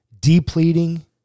depleting